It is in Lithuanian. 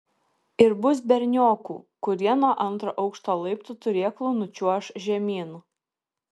ir bus berniokų kurie nuo antro aukšto laiptų turėklų nučiuoš žemyn